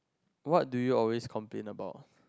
what do you always complain about